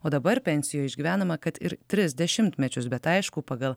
o dabar pensijoj išgyvenama kad ir tris dešimtmečius bet aišku pagal